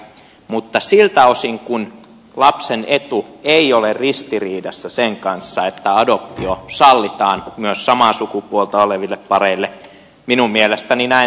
mutta siltä osin kun lapsen etu ei ole ristiriidassa sen kanssa että adoptio sallitaan myös samaa sukupuolta oleville pareille minun mielestäni näin tulisi toimia